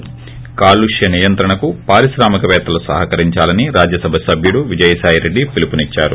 ి కాలుష్వ నియంత్రణకు పారిశ్రామిక పేత్తలు సహకరించాలని రాజ్యసభ సభ్యుడు విజయసాయిరెడ్డి పిలుపు నిచ్చారు